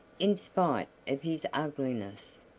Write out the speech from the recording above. in spite of his ugliness.